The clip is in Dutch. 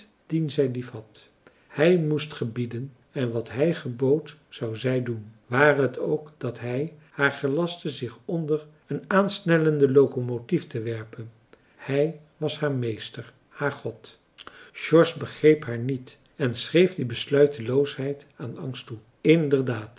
dien zij liefhad hij moest gebieden en wat hij gebood zou zij doen ware t ook dat hij haar gelastte zich onder een aansnellende locomotief te werpen hij was haar meester haar god george begreep haar niet en schreef die besluiteloosheid aan angst toe inderdaad